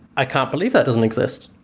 i can't believe that doesn't exist.